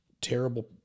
Terrible